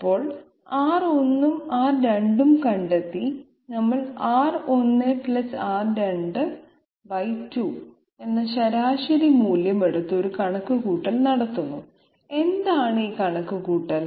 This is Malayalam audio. അപ്പോൾ R1 ഉം R2 ഉം കണ്ടെത്തി നമ്മൾ R1 R2 2 എന്ന ശരാശരി മൂല്യം എടുത്ത് ഒരു കണക്കുകൂട്ടൽ നടത്തുന്നു എന്താണ് ഈ കണക്കുകൂട്ടൽ